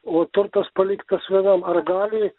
o turtas paliktas vienam ar gali